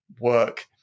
work